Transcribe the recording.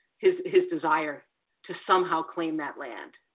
his his desire to somehow claim that land.